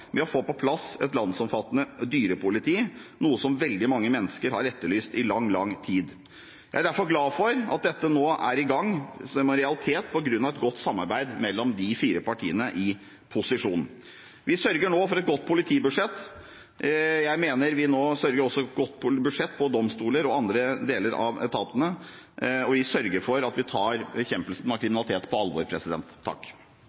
med å få på plass et landsomfattende dyrepoliti, noe som veldig mange mennesker har etterlyst i lang tid. Jeg er derfor glad for at dette nå er en realitet på grunn av et godt samarbeid mellom de fire partiene i posisjon. Vi sørger nå for et godt politibudsjett. Jeg mener at vi også sørger for et godt budsjett for domstolene og for andre deler av etatene, og vi sørger for at vi tar bekjempelsen av